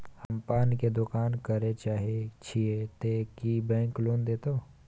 हम पान के दुकान करे चाहे छिये ते की बैंक लोन देतै?